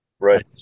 Right